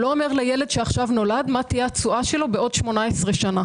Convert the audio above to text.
לא אומר לילד שעתה נולד מה תהיה התשואה שלו עוד 18 שנה